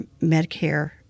Medicare